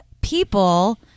people